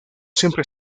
siempre